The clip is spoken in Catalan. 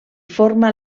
forma